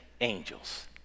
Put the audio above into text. angels